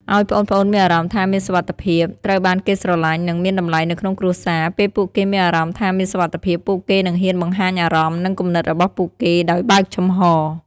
ឲ្យប្អូនៗមានអារម្មណ៍ថាមានសុវត្ថិភាព ត្រូវបានគេស្រលាញ់ និងមានតម្លៃនៅក្នុងគ្រួសារ ពេលពួកគេមានអារម្មណ៍ថាមានសុវត្ថិភាព ពួកគេនឹងហ៊ានបង្ហាញអារម្មណ៍ និងគំនិតរបស់ពួកគេដោយបើកចំហ។